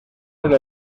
ser